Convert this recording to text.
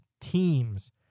teams